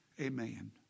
Amen